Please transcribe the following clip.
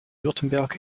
württemberg